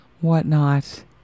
whatnot